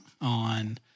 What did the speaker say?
on